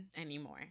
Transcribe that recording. anymore